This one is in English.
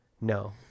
No